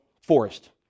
forest